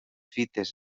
fites